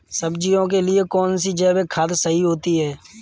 सब्जियों के लिए कौन सी जैविक खाद सही होती है?